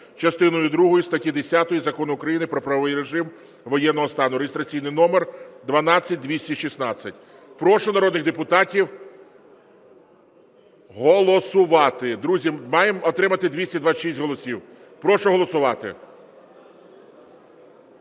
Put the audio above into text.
частиною другою статті 10 Закону України "Про правовий режим воєнного стану" (реєстраційний номер 12216). Прошу народних депутатів голосувати. Друзі, маємо отримати 226 голосів. Прошу голосувати.